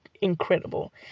incredible